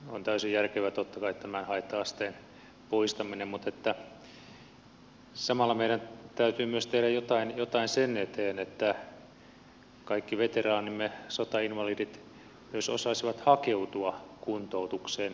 on täysin järkevää totta kai tämän haitta asteen poistaminen mutta samalla meidän täytyy myös tehdä jotain sen eteen että kaikki veteraanimme sotainvalidit myös osaisivat hakeutua kuntoutukseen